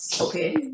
Okay